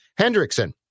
Hendrickson